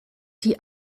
die